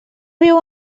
viu